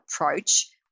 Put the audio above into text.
approach